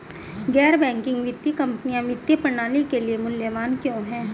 गैर बैंकिंग वित्तीय कंपनियाँ वित्तीय प्रणाली के लिए मूल्यवान क्यों हैं?